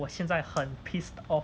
我现在很 pissed off